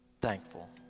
thankful